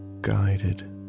Guided